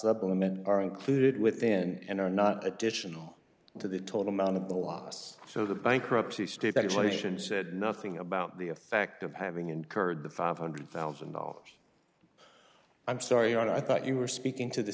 supplement are included within and are not additional to the total amount of the loss so the bankruptcy state education said nothing about the effect of having incurred the five hundred one thousand dollars i'm sorry i thought you were speaking to the